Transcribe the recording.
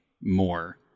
more